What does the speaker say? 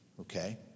okay